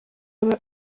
aba